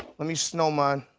let me snow mine.